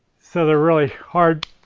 so they're really hard,